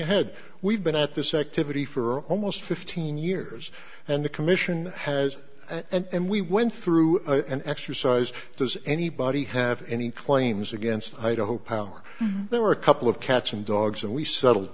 ahead we've been at this activity for almost fifteen years and the commission has and we went through an exercise does anybody have any claims against idaho power there were a couple of cats and dogs and we settled